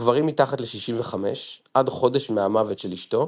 גברים מתחת ל65 עד חודש מהמוות של אשתו,